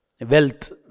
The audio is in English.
Wealth